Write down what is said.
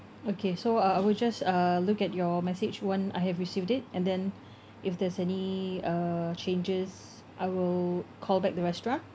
okay so uh I will just uh look at your message once I have received it and then if there's any uh changes I will call back the restaurant